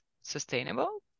sustainable